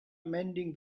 mending